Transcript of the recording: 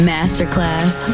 Masterclass